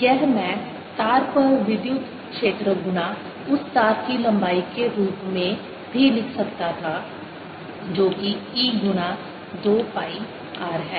यह मैं तार पर विद्युत क्षेत्र गुणा उस तार की लंबाई के रूप में भी लिख सकता था जो कि E गुणा 2 पाई r है